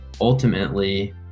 ultimately